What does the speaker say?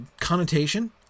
connotation